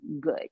good